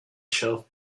shelf